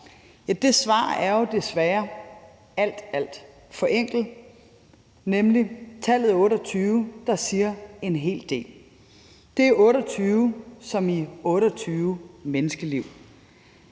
Det svar er jo desværre alt, alt for enkelt, nemlig tallet 28, der siger en hel del. Det er 28 som i 28 menneskeliv.